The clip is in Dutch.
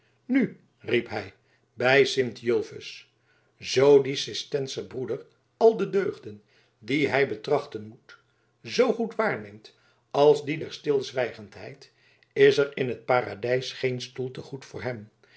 nu riep hij bij sint julfus zoo die cistenser broeder al de deugden die hij betrachten moet zoogoed waarneemt als die der stilzwijgendheid is er in het paradijs geen stoel te goed voor hem